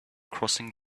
crossing